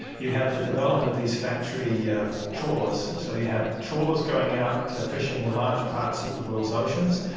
you had the development of these factory yeah trawlers, so you had trawlers going out to fishing the and large parts of the world's oceans,